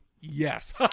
yes